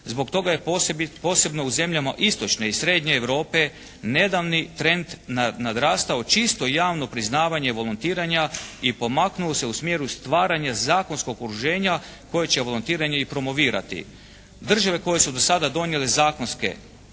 Zbog toga je posebno u zemljama istočne i srednje Europe nedavni trend nadrastao čisto i javno priznavanje volontiranja i pomaknuo se u smjeru stvaranja zakonskog okruženja koje će volontiranje i promovirati. Države koje su do sada donijele zakonske